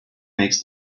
makes